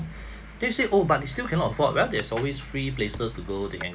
they say oh but they still cannot afford well there's always free places to go to the